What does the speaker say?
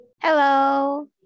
Hello